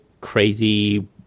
crazy